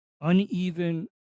uneven